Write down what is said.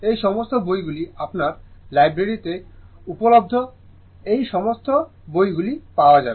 এই সমস্ত বইগুলি আপনার লাইব্রেরিতে উপলব্ধ এই সমস্ত বইগুলি পাওয়া যাবে